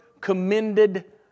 commended